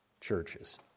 churches